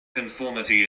conformity